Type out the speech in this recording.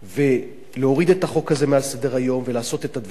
להוריד את החוק הזה מעל סדר-היום ולעשות את הדברים הבאים,